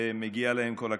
ומגיע להם כל הכבוד.